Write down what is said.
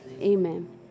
amen